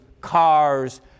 cars